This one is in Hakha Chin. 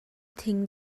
thing